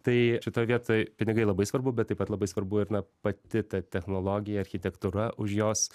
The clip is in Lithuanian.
tai šitoj vietoj pinigai labai svarbu bet taip pat labai svarbu ir na pati ta technologija architektūra už jos